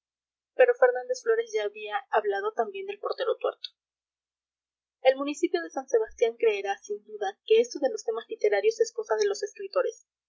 pero fernández flórez ya había hablado también del portero tuerto el municipio de san sebastián creerá sin duda que esto de los temas literarios es cosa de los escritores